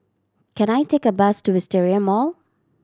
can I take a bus to Wisteria Mall